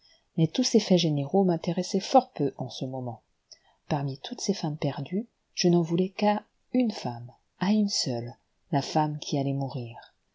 mais tous ces faits généraux m'intéressaient fort peu en ce moment parmi toutes ces femmes perdues je n'en voulais qu'à une femme à une seule la femme qui allait mourir